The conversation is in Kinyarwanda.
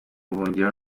buhungiro